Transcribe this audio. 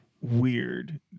weird